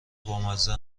بامزه